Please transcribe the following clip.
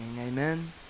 Amen